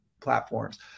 platforms